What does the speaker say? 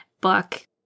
book